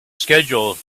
schedule